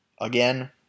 again